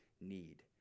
need